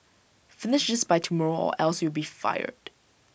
finish this by tomorrow or else you'll be fired